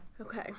Okay